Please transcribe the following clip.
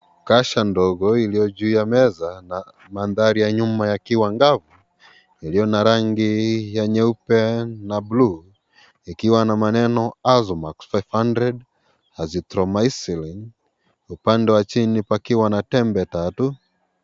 Kasha ndogo iliyo juu ya meza na mandhari ya nyuma yakiwa yakiwa angavu, yaliyo na rangi ya nyeupe na bluu. Ikiwa na maneno Azomax 500 azithromycin , upande wa chini pakiwa na tembe tatu.